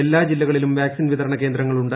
എല്ലാ ജില്ലകളിലും വാക്സിൻ വിതരണ കേന്ദ്രങ്ങളുണ്ട്